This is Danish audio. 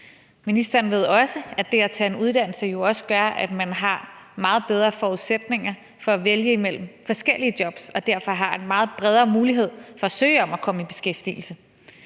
Ministeren ved også, at det at tage en uddannelse gør, at man har meget bedre forudsætninger for at vælge mellem forskellige jobs og derfor har en meget bredere mulighed for at søge om at komme i beskæftigelse.